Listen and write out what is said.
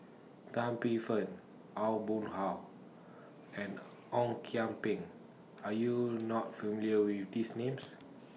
Tan Paey Fern Aw Boon Haw and Ong Kian Peng Are YOU not familiar with These Names